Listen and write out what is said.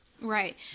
right